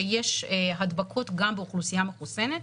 שיש הדבקות גם באוכלוסייה מחוסנת,